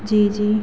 जी जी